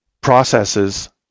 Processes